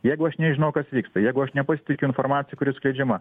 jeigu aš nežinau kas vyksta jeigu aš nepasitikiu informacija kuri skleidžiama